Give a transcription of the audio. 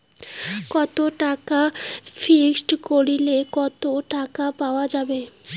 কত টাকা ফিক্সড করিলে কত টাকা পাওয়া যাবে?